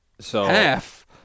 Half